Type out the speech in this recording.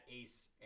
ace